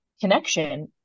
connection